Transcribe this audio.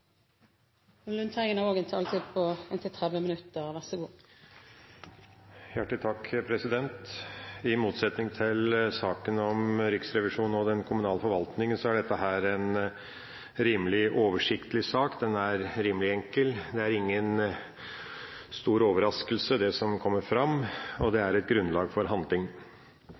hvordan departementet og statsråden vil følge opp de klare anbefalingene som kommer i denne undersøkelsen. Det ser vi fram til. I motsetning til saken om Riksrevisjonen og den kommunale forvaltninga er dette en rimelig oversiktlig sak. Den er rimelig enkel, det er ingen store overraskelser som kommer fram, og det er et grunnlag for handling.